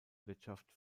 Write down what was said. wirtschaft